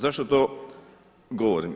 Zašto to govorim?